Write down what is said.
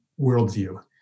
worldview